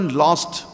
lost